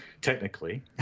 technically